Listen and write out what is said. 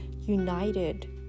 united